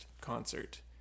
concert